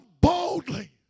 boldly